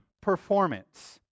performance